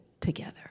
together